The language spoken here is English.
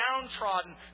downtrodden